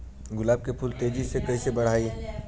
गुलाब के फूल के तेजी से कइसे बढ़ाई?